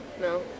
No